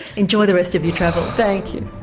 enjoy the rest of your travels. thank you.